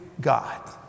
God